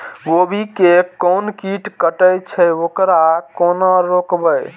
गोभी के कोन कीट कटे छे वकरा केना रोकबे?